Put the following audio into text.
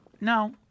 No